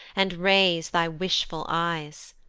and raise thy wishful eyes.